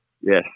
Yes